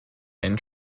and